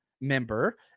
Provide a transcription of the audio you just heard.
member